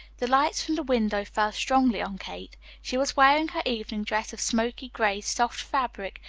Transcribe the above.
the lights from the window fell strongly on kate. she was wearing her evening dress of smoky gray, soft fabric,